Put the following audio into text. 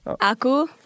Aku